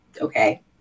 Okay